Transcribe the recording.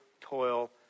toil